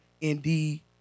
indeed